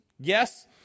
Yes